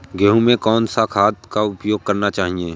गेहूँ में कौन सा खाद का उपयोग करना चाहिए?